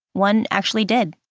one actually did,